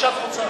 איך שאת רוצה.